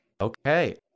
Okay